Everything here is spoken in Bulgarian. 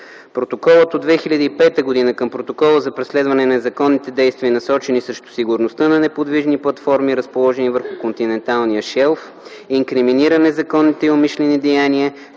Протоколът от 2005 г. към Протокола за преследване на незаконните действия, насочени срещу сигурността на неподвижни платформи, разположени върху континенталния шелф, инкриминира незаконните и умишлени деяния,